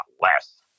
less